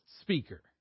speaker